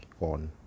on